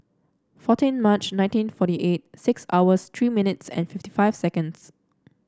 fourteen March nineteen forty eight six hours three minutes and fifty five seconds